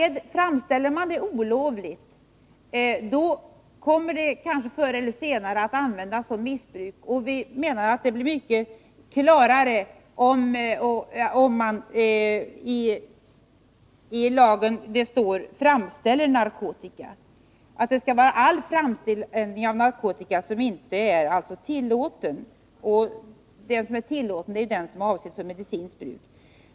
Framställer man den olovligt kommer den kanske förr eller senare att användas för missbruk. Vi menar att det blir mycket klarare om det i lagen står ”framställer narkotika”. Det skall gälla all framställning av narkotika som inte är tillåten, och den som är tillåten är den som är avsedd för medicinskt bruk.